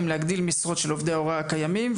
להגדיל משרות של עובדי ההוראה הקיימים.